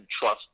trust